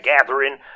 gathering